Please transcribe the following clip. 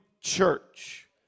church